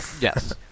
Yes